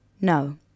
no